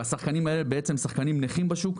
והשחקנים האלה הם שחקנים נכים בשוק.